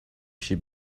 should